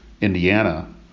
Indiana